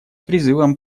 призывом